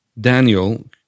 Daniel